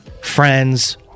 friends